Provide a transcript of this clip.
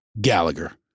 Gallagher